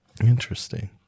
Interesting